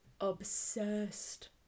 obsessed